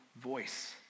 voice